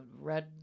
Red